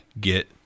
get